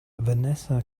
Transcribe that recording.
vanessa